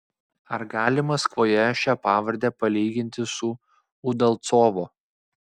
ar gali maskvoje šią pavardę palyginti su udalcovo